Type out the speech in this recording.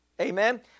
Amen